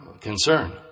concern